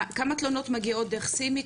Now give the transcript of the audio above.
כמה תלונות מגיעות דרך סימי,